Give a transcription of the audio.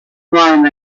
ryan